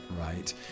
right